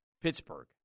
Pittsburgh